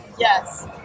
Yes